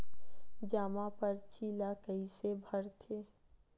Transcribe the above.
जमा परची ल कइसे भरथे?